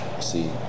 See